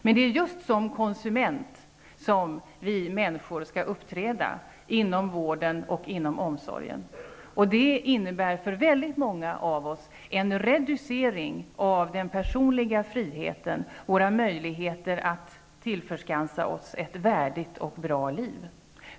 Men det är just som konsument vi människor skall uppträda inom vården och omsorgen. Det innebär för väldigt många av oss en reducering av den personliga friheten, och våra möjligheter att skapa oss ett värdigt och bra liv.